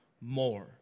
more